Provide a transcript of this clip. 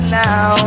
now